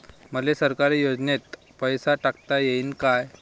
मले सरकारी योजतेन पैसा टाकता येईन काय?